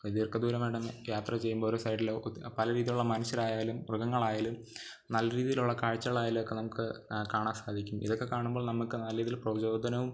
ദീർഘ ദൂരമായിട്ടു നമ്മൾ യാത്ര ചെയ്യുമ്പോൾ ഓരോ സൈഡിലും പല രീതിയിലുള്ള മനുഷ്യരായാലും മൃഗങ്ങളായാലും നല്ല രീതിയിലുള്ള കാഴ്ചകളായാലുമൊക്കെ നമുക്ക് കാണാൻ സാധിക്കും ഇതൊക്കെ കാണുമ്പോൾ നമുക്ക് നല്ല രീതിയിൽ പ്രചോദനവും